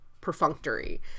perfunctory